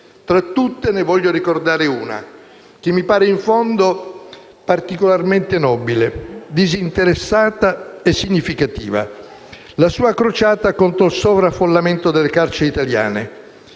Tra tutte ne voglio ricordare una, che mi pare in fondo particolarmente nobile, disinteressata e significativa: la sua crociata contro il sovraffollamento delle carceri italiane